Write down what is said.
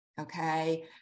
Okay